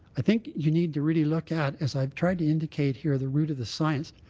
i think you need to really look at is i've tried to indicate here the root of the science.